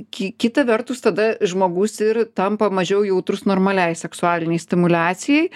ki kita vertus tada žmogus ir tampa mažiau jautrus normaliai seksualinei stimuliacijai